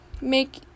make